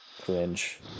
cringe